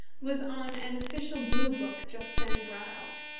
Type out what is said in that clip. was on an official blue-book just then brought out,